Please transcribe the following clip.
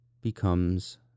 becomes